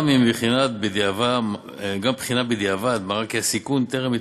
גם אם בחינה בדיעבד מראה כי הסיכון טרם התממש,